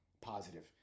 positive